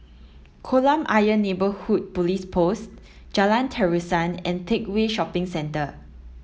Kolam Ayer Neighbourhood Police Post Jalan Terusan and Teck Whye Shopping Centre